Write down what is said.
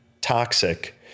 toxic